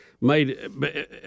made